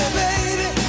baby